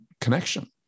connection